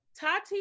Tati